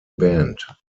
band